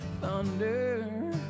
thunder